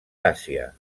àsia